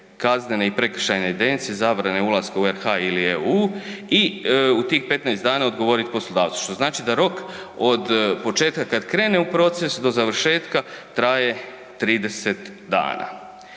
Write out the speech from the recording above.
kaznene i prekršajne evidencije, zabrane ulaska u RH ili EU i tih 15 dana odgovorit poslodavcu što znači da rok od početka kad krene u proces do završetka, traje 30 dana.